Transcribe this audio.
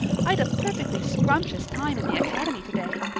i'd a perfectly scrumptious time in the academy today.